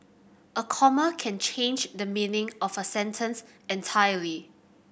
a comma can change the meaning of a sentence entirely